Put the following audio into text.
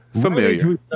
familiar